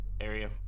area